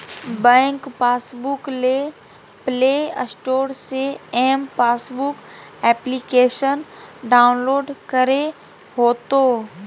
bank passbook ले play store से M passbook application download करे होतो